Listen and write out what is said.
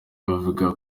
bavuga